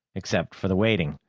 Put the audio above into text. except for the waiting.